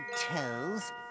toes